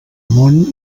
món